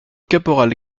caporal